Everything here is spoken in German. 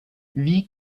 wie